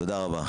תודה רבה.